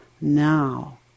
now